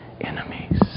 enemies